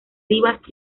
rivas